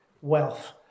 wealth